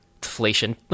deflation